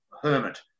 Hermit